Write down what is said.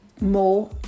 more